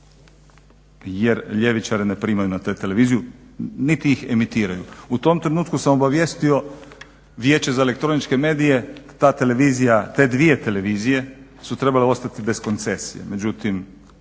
jer ljevičare ne primaju na tu televiziju niti ih emitiraju. U tom trenutku sam obavijestio Vijeće za elektroničke medije te dvije televizije su trebale ostati bez koncesije,